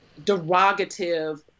derogative